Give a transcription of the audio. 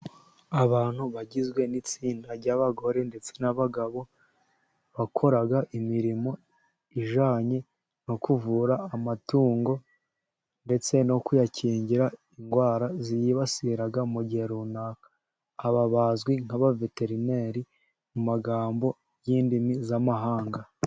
Abantu bagizwe n'itsinda ry'abagore ndetse n'abagabo, bakora imirimo ijyanye no kuvura amatungo ndetse no kuyakingira indwara, ziyibasira mu gihe runaka aba bazwi nkaba veterineri, mu magambo y'indimi z'amahanga.